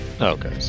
Okay